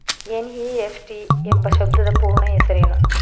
NEFT ಎಂಬ ಶಬ್ದದ ಪೂರ್ಣ ಹೆಸರೇನು?